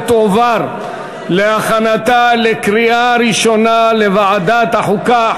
ותועבר להכנתה לקריאה ראשונה בוועדת החוקה,